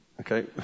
Okay